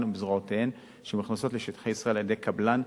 בזרועותיהן שמוכנסות לשטחי ישראל על-ידי קבלן,